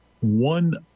one